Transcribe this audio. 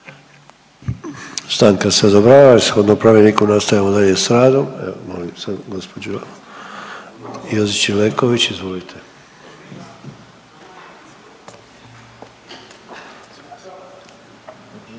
Stanka se odobrava, ali shodno pravilniku nastavljamo dalje s radom. Evo molim sad gospođu Jozić Ileković izvolite.